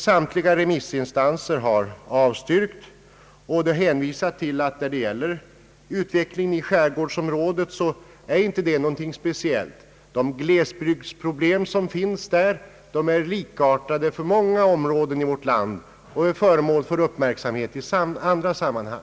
Samtliga remissinstanser har avstyrkt motionerna och hänvisat till att utvecklingen i skärgårdsområdet inte är speciell. De glesbygdsproblem som finns där är likartade för många områden i vårt land och är föremål för uppmärksamhet i andra sammanhang.